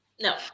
No